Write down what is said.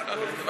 הכול כבר,